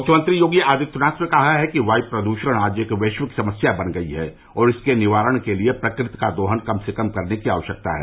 मुख्यमंत्री योगी आदित्यनाथ ने कहा है कि वायु प्रदूषण आज एक वैश्विक समस्या बन गई है और इसके निवारण के लिये प्रकृति का दोहन कम से कम करने की आवश्यकता है